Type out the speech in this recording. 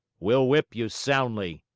we'll whip you soundly!